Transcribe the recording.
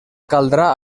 caldrà